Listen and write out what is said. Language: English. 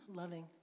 loving